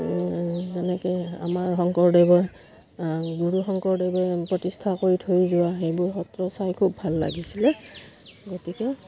তেনেকৈ আমাৰ শংকৰদেৱৰ গুৰু শংকৰদেৱে প্ৰতিষ্ঠা কৰি থৈ যোৱা সেইবোৰ সত্ৰ চাই খুব ভাল লাগিছিলে গতিকে